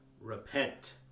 repent